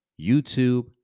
YouTube